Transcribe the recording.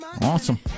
Awesome